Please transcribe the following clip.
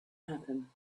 happen